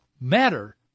matter